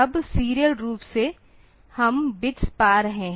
अब सीरियल रूप से हम बिट्स पा रहे हैं